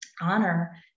honor